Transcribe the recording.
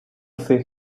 see